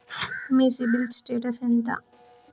మీ CIBIL status ఎంత?